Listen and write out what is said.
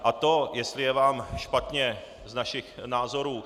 A to, jestli je vám špatně z našich názorů?